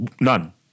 None